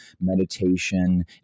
meditation